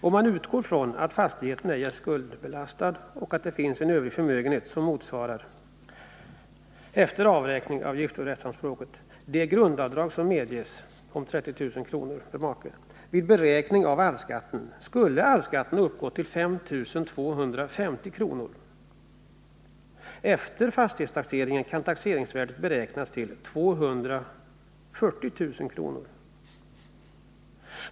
Om man utgår från att fastigheten ej är skuldbelastad och att det finns en övrig förmögenhet som — efter avräkning av giftorättsanspråket — motsvarar det grundavdrag på 30 000 kr. som medges för make vid beräkning av arvsskatt, finner man att arvsskatten skulle uppgå till 5 250 kr. Efter fastighetstaxeringen kan taxeringsvärdet beräknas till 240 000 kr.